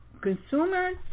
consumers